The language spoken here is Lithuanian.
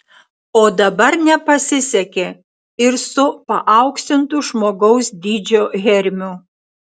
o dabar nepasisekė ir su paauksintu žmogaus dydžio hermiu